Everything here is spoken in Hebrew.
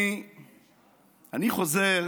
אני חוזר